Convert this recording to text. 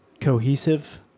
cohesive